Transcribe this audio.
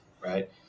right